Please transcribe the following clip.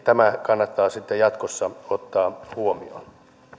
tämä kannattaa sitten jatkossa ottaa huomioon